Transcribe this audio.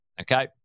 okay